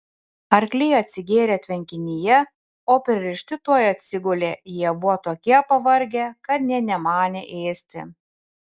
arkliai atsigėrė tvenkinyje o pririšti tuoj atsigulė jie buvo tokie pavargę kad nė nemanė ėsti